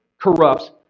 corrupts